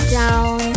down